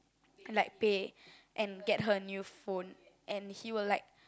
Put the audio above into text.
like pay and get her a new phone and he will like